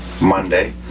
Monday